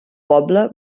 poble